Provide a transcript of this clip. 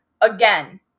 again